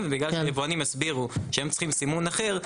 ובגלל שיבואנים הסבירו שהם צריכים סימון אחר,